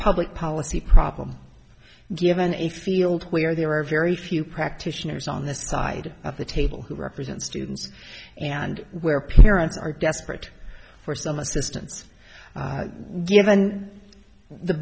public policy problem given a field where there are very few practitioners on this side of the table who represent students and where parents are desperate for some assistance given the